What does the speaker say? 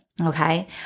Okay